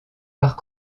par